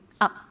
up